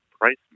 price